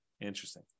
interesting